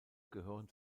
gehören